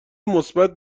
مثبت